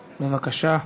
בבקשה,